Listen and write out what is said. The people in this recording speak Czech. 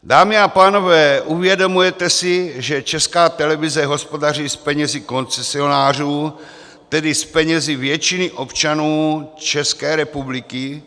Dámy a pánové, uvědomujete si, že Česká televize hospodaří s penězi koncesionářů, tedy s penězi většiny občanů České republiky?